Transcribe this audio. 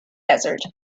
desert